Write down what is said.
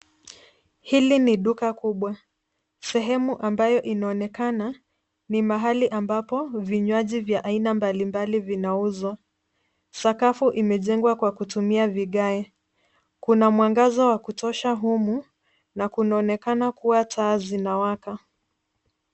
Hili ni duka kubwa. Sehemu ambayo inaonekana ni mahali ambapo vinywaji vya aina mbalimbali vinauzwa. Sakafu imejengwa kwa kutumia vigae. Kuna mwangaza wa kutosha humu na kunaonekana kuwa taa zinawaka.